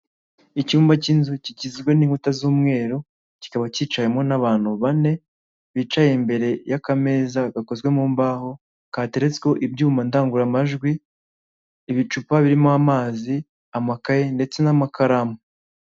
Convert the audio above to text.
Icyumba cy'inzu kigizwe n'inkuta z'umweru, kikaba cyicayemo n'abantu bane bicaye imbere y'akameza gakozwe mu mbaho, katereretseho ibyuma ndangururamajwi, ibicupa birimo amazi, amakaye ndetse n'amakaramu.